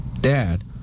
Dad